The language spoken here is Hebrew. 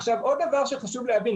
עוד דבר שחשוב להבין.